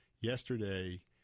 yesterday